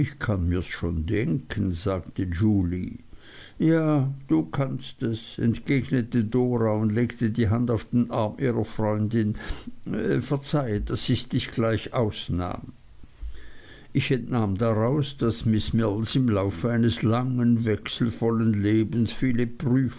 kanns mir schon denken sagte julie ja du kannst es entgegnete dora und legte die hand auf den arm ihrer freundin verzeih daß ich dich nicht gleich ausnahm ich entnahm daraus daß miß mills im lauf eines langen wechselvollen lebens viele